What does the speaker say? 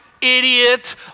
idiot